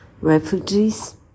refugees